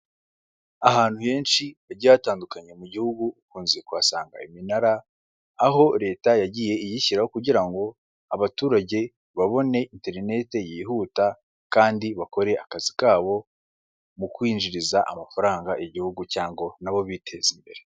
Ahantu henshi hagiye hatandukanye mu gihugu ukunze kuhasanga iminara, aho leta yagiye iyishyiraho kugira ngo abaturage babone internet yihuta kandi bakore akazi kabo mu kwinjiriza amafaranga igihugu cya nabo biteza imbere.